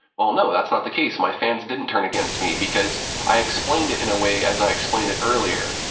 well, no, that's not the case. my fans didn't turn against me because i explained it in a way as i explained it earlier.